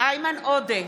איימן עודה,